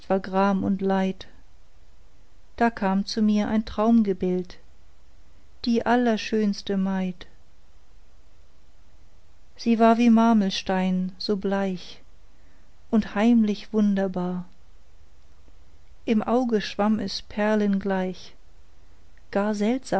gram und leid da kam zu mir ein traumgebild die allerschönste maid sie war wie marmelstein so bleich und heimlich wunderbar im auge schwamm es perlengleich gar seltsam